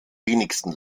wenigsten